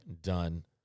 done